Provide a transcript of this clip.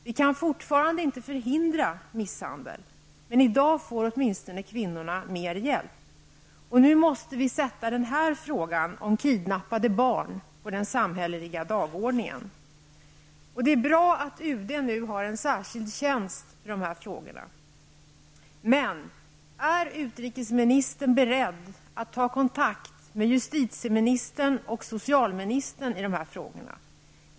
Vi kan fortfarande inte förhindra misshandel, men i dag får kvinnorna åtminstone mer hjälp. Nu måste vi sätta frågan om kidnappade barn på den samhälleliga dagordningen. Det är bra att UD nu har en särskild tjänst för dessa frågor. Men är utrikesministern beredd att ta kontakt med justitieministern och socialministern i de här frågorna?